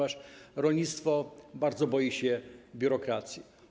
A rolnictwo bardzo boi się biurokracji.